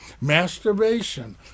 masturbation